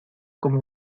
como